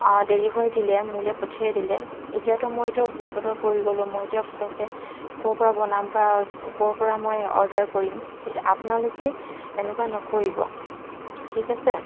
deliver দিলে মোলে পঠিয়াই দিলে এতিয়া তো মই এতিয়া বিপদত পৰি গ'লোঁ মই এতিয়া পটককৈ ক'ৰপৰা বনাম বা ক'ৰপৰা অৰ্ডাৰ কৰিম এতিয়া আপোনালোকে এনেকুৱা নকৰিব ঠিক আছে